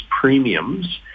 premiums